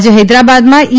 આજે હૈદરાબાદમાં ઇ